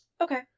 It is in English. Okay